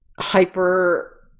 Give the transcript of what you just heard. hyper